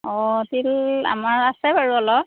অঁ তিল আমাৰ আছে বাৰু অলপ